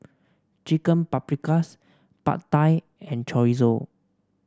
Chicken Paprikas Pad Thai and Chorizo